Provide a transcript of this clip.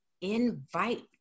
invite